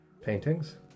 Paintings